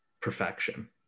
perfection